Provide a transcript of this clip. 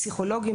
פסיכולוגים,